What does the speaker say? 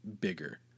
bigger